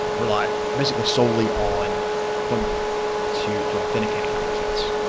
rely basically solely on phone number to to authenticate account resets.